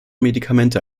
medikamente